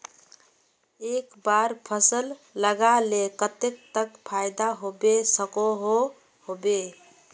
एक बार फसल लगाले कतेक तक फायदा होबे सकोहो होबे?